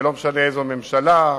ולא משנה איזו ממשלה,